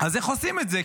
איך עושים את זה?